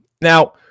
Now